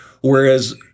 Whereas